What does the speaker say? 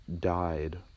died